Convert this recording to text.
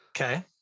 Okay